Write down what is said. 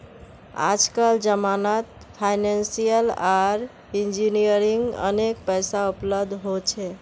आजकल जमानत फाइनेंसियल आर इंजीनियरिंग अनेक पैसा उपलब्ध हो छे